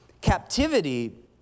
Captivity